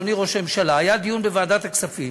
אדוני ראש הממשלה: היה דיון בוועדת הכספים.